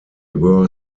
were